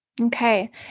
Okay